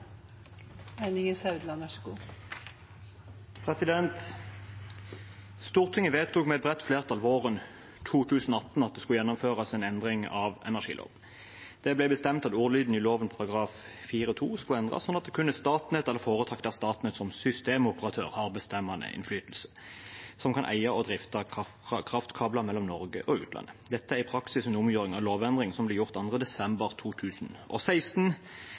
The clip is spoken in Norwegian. Stortinget vedtok med et bredt flertall våren 2018 at det skulle gjennomføres en endring av energiloven. Det ble bestemt at ordlyden i lovens § 4-2 skulle endres, sånn at det kun er Statnett eller foretak der Statnett som systemoperatør har bestemmende innflytelse, som kan eie og drifte kraftkabler mellom Norge og utlandet. Dette er i praksis en omgjøring av lovendringen som ble gjort 2. desember 2016,